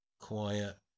quiet